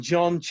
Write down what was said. John